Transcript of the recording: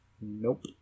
Nope